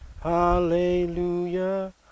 hallelujah